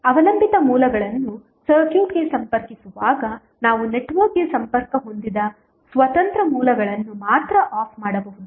ಅವಲಂಬಿತ ಮೂಲಗಳನ್ನು ಸರ್ಕ್ಯೂಟ್ಗೆ ಸಂಪರ್ಕಿಸುವಾಗ ನಾವು ನೆಟ್ವರ್ಕ್ಗೆ ಸಂಪರ್ಕ ಹೊಂದಿದ ಸ್ವತಂತ್ರ ಮೂಲಗಳನ್ನು ಮಾತ್ರ ಆಫ್ ಮಾಡಬಹುದು